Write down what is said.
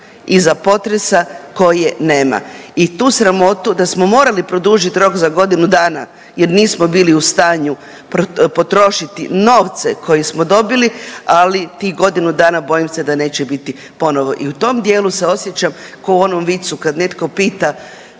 iza potresa koje nema i tu sramotu da smo morali produžiti rok za godinu dana jer nismo bili u stanju potrošiti novce koji smo dobili, ali tih godinu dana bojim se da neće biti ponovo i u tom dijelu se osjećam kao u onom vicu kad netko pita,